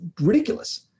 ridiculous